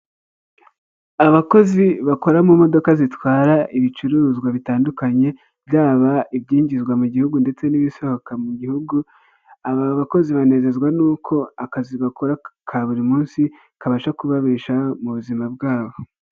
Abakozi bakora mu modoka zitwara ibicuruzwa bitandukanye, byaba ibyinjizwa mu gihugu ndetse n'ibisohoka mu gihugu, aba abakozi banezezwa n'uko akazi bakora ka buri munsi kabasha kubabeshaho mu buzima bwabo.